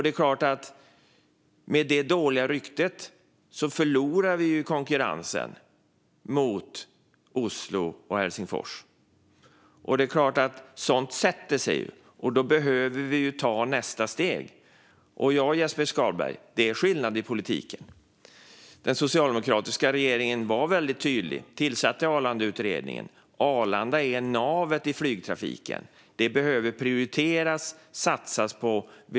Med det dåliga ryktet förlorar vi i konkurrensen mot Oslo och Helsingfors. Det är klart att sådant sätter sig. Då behöver vi ta nästa steg. Ja, Jesper Skalberg, det är skillnad i politiken. Den socialdemokratiska regeringen var väldigt tydlig och tillsatte Arlandautredningen. Arlanda är navet i flygtrafiken. Det behöver prioriteras och satsas på det.